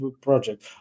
project